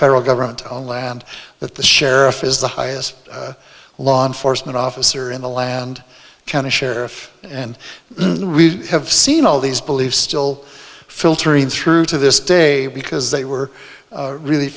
federal government on land that the sheriff is the highest law enforcement officer in the land county sheriff and have seen all these beliefs still filtering through to this day because they were really